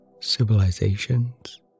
civilizations